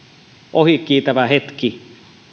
ohikiitävä hetki